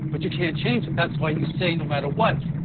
but you can't change it. that's why you say no matter what.